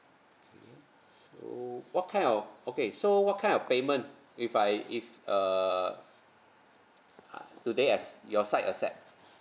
okay so what kind of okay so what kind of payment if I if err uh do they acc~ your side accept